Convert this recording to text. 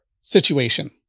situation